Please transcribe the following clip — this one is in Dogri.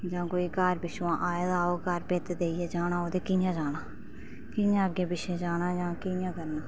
जां कोई घर कोई आए दा होग घर भित्त देइये जाना ते कि'यां जाना कि'यां अग्गै पिच्छै जाना ते कि'यां करना